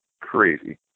crazy